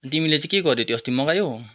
तिमीले चाहिँ के गऱ्यौ त्यो अस्ति मगायौ